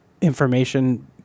information